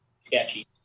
sketchy